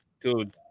dude